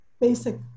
basic